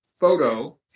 photo